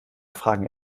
fragen